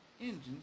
engines